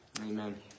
Amen